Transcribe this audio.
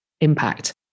impact